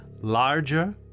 larger